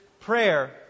prayer